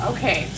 Okay